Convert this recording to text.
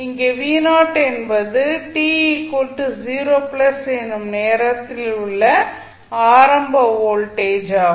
இங்கே என்பது t 0 எனும் நேரத்தில் உள்ள ஆரம்ப வோல்டேஜ் ஆகும்